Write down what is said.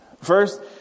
First